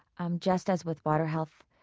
um just as with waterhealth